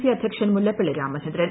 C അധ്യക്ഷൻ മുല്ലപ്പള്ളി രാമചന്ദ്രൻ